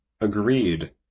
Agreed